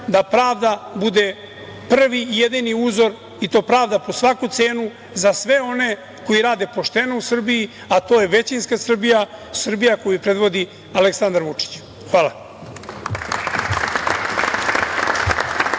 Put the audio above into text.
da pravda bude prvi i jedini uzor, i to pravda po svaku cenu, za sve oni koji rade pošteno u Srbiji, a to je većinska Srbija, Srbija koju predvodi Aleksandar Vučić. Hvala.